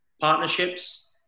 partnerships